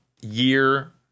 year